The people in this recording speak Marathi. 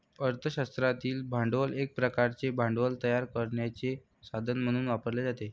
अर्थ शास्त्रातील भांडवल एक प्रकारचे भांडवल तयार करण्याचे साधन म्हणून वापरले जाते